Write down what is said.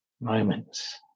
moments